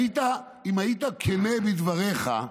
אם היית כן בדבריך,